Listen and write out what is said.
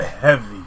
heavy